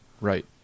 Right